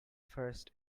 first